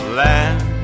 land